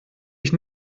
ich